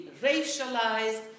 racialized